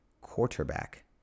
quarterback